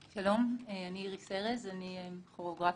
שלום, אני איריס ארז, אני כוריאוגרפית,